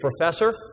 professor